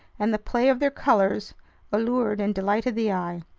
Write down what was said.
and the play of their colors allured and delighted the eye.